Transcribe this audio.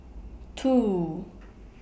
two